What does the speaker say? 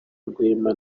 rwema